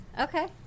Okay